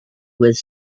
with